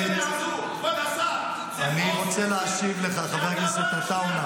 --- יוסף עטאונה (חד"ש-תע"ל): חוק לערבים?